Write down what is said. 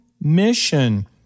mission